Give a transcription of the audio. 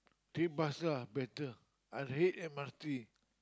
take bus lah better I hate M_R_T